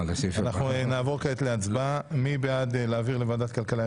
אנחנו נעבור כעת להצבעה מי בעד להעביר לוועדת הכלכלה,